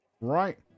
right